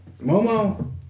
Momo